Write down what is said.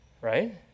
Right